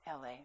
LA